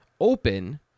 open